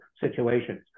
situations